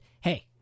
Hey